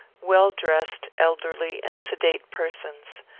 well-dressed, elderly, and sedate persons.